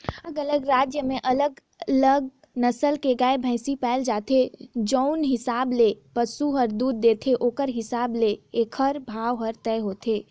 अलगे अलगे राज म अलगे अलगे नसल के गाय, भइसी पाए जाथे, जउन हिसाब ले पसु ह दूद देथे ओखरे हिसाब ले एखर भाव हर तय होथे